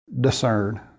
discern